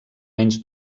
menys